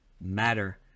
matter